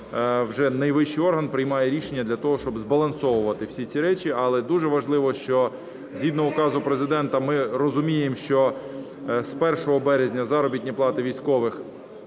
вже найвищий орган, приймає рішення для того, щоб збалансовувати всі ці речі. Але дуже важливо, що згідно указу Президента, ми розуміємо, що з 1 березня заробітні плати військових,